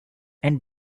and